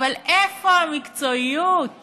אבל איפה המקצועיות